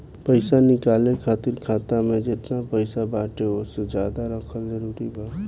पईसा निकाले खातिर खाता मे जेतना पईसा बाटे ओसे ज्यादा रखल जरूरी बा?